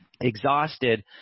exhausted